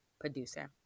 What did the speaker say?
Producer